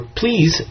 please